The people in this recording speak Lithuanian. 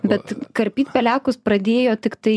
bet karpyt pelekus pradėjo tiktai